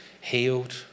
healed